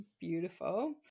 beautiful